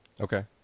Okay